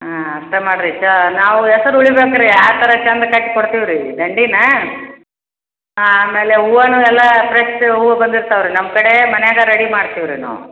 ಹಾಂ ಅಷ್ಟೇ ಮಾಡ್ರಿ ಇಷ್ಟು ನಾವು ಹೆಸರು ಉಳಿಬೇಕರಿ ಆ ಥರ ಚಂದಕ್ಕೆ ಕಟ್ಟಿ ಕೊಡ್ತೀವಿ ರೀ ದಂಡೆನಾ ಹಾಂ ಆಮೇಲೆ ಹೂವನೂ ಎಲ್ಲಾ ಫ್ರೆಶ್ ಹೂವು ಬಂದಿರ್ತಾವೆ ರೀ ನಮ್ಮ ಕಡೇ ಮನ್ಯಾಗೆ ರೆಡಿ ಮಾಡ್ತಿವಿ ರೀ ನಾವು